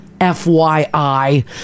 FYI